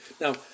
Now